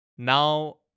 Now